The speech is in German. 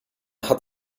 hat